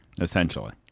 essentially